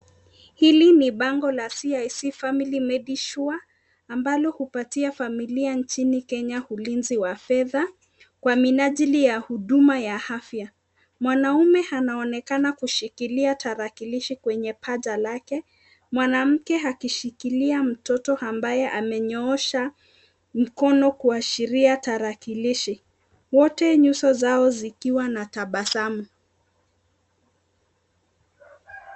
Hili ni bango la CIC Family Medisure ambalo hupatia familia nchini Kenya ulinzi wa fedha kwa minajili ya huduma ya afya. Mwanaume anaonekana kushikilia tarakilishi kwenye paja lake, mwanamke akishikilia mtoto ambaye amenyoosha mkono kuashiria tarakilishi. Wote nyuso zao zikiwa na tabasamu.